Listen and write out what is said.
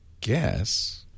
guess